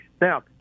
Now